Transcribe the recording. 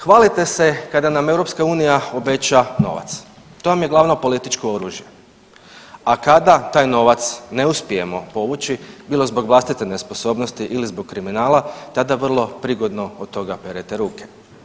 Hvalite se kada nam EU obeća novac, to vam je glavno političko oružje, a kada taj novac ne uspijemo povući bilo zbog vlastite nesposobnosti ili zbog kriminala tada vrlo prigodno od toga perete ruke.